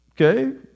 Okay